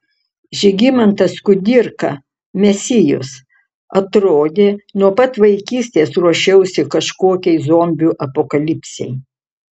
žygimantas kudirka mesijus atrodė nuo pat vaikystės ruošiausi kažkokiai zombių apokalipsei